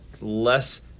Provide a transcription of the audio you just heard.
less